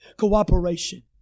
Cooperation